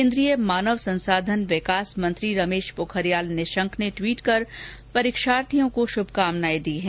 केन्द्रीय मानव संसाधन विकास मंत्री रमेश पोखरियाल निशंक ने ट्वीट करके परीक्षार्थियों ने श्भकामनाएं दी हैं